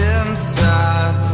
inside